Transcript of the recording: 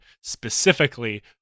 specifically